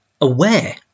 aware